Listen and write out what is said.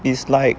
is like